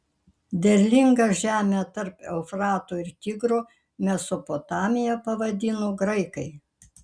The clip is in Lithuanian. derlingą žemę tarp eufrato ir tigro mesopotamija pavadino graikai